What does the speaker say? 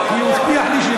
יבוא, לא, לא.